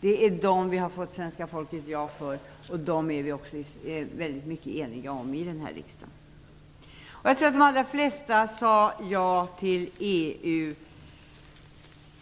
Det är dem vi har fått svenska folkets ja för. Dessa linjer är vi också mycket eniga om i riksdagen. Jag tror att de allra flesta sade ja till EU